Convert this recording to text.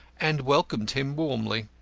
and welcomed him warmly.